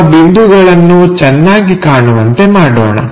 ನಮ್ಮ ಬಿಂದುಗಳನ್ನು ಚೆನ್ನಾಗಿ ಕಾಣುವಂತೆ ಮಾಡೋಣ